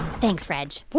thanks, reg.